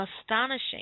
astonishing